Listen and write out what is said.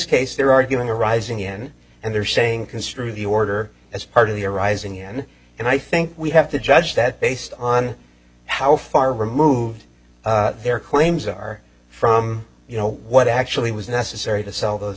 case they're arguing arising in and they're saying construe the order as part of the arising and and i think we have to judge that based on how far removed their claims are from you know what actually was necessary to sell those